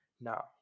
Now